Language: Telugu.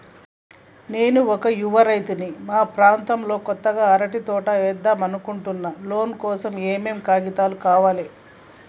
నేను ఒక యువ రైతుని మా ప్రాంతంలో కొత్తగా అరటి తోట ఏద్దం అనుకుంటున్నా లోన్ కోసం ఏం ఏం కాగితాలు కావాలే?